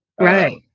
Right